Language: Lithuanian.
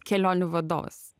kelionių vadovas